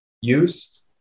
use